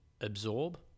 absorb